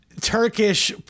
Turkish